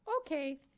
Okay